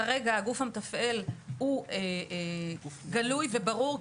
כרגע הגוף המתפעל הוא גלוי וברור,